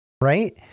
right